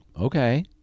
Okay